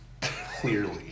clearly